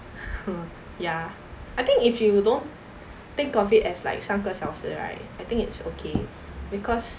ya I think if you don't think of it as like 三个小时 right I think it's okay because